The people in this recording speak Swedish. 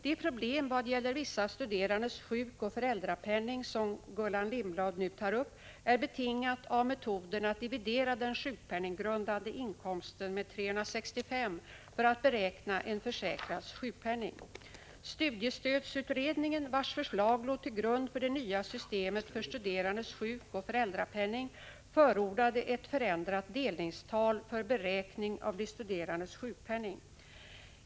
Det problem vad gäller vissa studerandes sjukoch föräldrapenning som Gullan Lindblad nu tar upp är betingat av metoden att dividera den sjukpenninggrundande inkomsten med 365 för att beräkna en försäkrads sjukpenning. Studiestödsutredningen, vars förslag låg till grund för det nya systemet för studerandes sjukoch föräldrapenning, förordade ett förändrat delningstal för beräkning av de studerandes sjukpenning.